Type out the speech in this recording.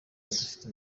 badafite